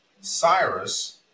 Cyrus